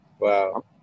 Wow